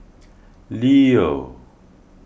Leo